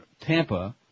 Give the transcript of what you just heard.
Tampa